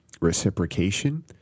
reciprocation